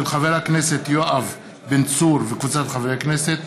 של חבר הכנסת יואב בן צור וקבוצת חברי הכנסת.